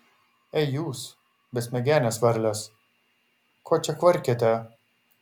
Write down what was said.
ei jūs besmegenės varlės ko čia kvarkiate